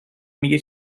میگه